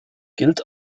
gilt